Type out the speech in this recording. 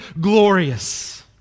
glorious